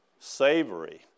savory